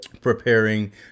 preparing